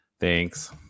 Thanks